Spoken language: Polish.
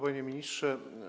Panie Ministrze!